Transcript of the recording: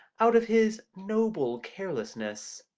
out of his noble carelessness,